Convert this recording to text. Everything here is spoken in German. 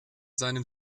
seinem